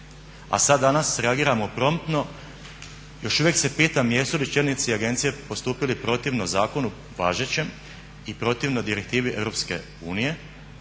A sad danas reagiramo promptno. Još uvijek se pitam jesu li čelnici agencije postupili protivno zakonu važećem i protivno direktivi EU,